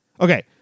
Okay